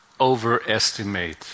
overestimate